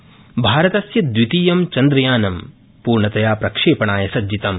चन्द्रयानम् भारतस्य द्वितीयं चन्द्रयानं पूर्णतया प्रक्षेपणाय सज्जितम्